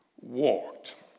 Walked